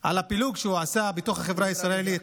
הפילוג שהוא עשה בתוך החברה הישראלית.